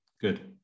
good